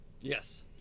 Yes